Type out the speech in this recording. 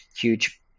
huge